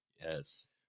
Yes